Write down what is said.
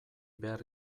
behar